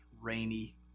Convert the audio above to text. rainy